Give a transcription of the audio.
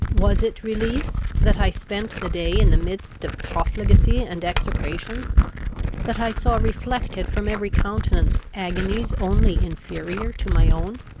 was it relief, that i spent the day in the midst of profligacy and execrations that i saw reflected from every countenance agonies only inferior to my own?